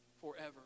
forever